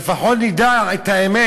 שלפחות נדע את האמת,